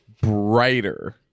brighter